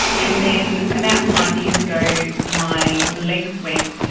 and then about five years ago my legs went,